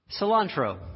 Cilantro